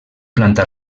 planta